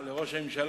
את ראש הממשלה,